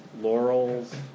laurels